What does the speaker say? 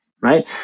right